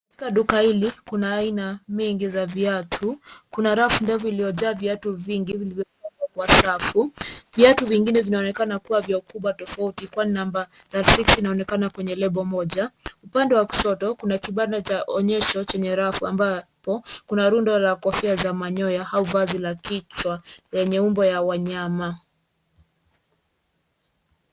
Katika duka hili kuna aina mingi za viatu. Kuna rafu ndefu iliyojaa viatu vingi vilivyo pangwa kwa safu. Viatu vingine vinaonekana kuwa vya ukubwa tofauti kwani namba 36 inaonekana kwenye lebo moja. Upande wa kushoto kuna kibanda cha onyesho chenye rafu ambapo kuna rundo la kofia za manyoya au vazi la kichwa yenye umbo ya wanyama.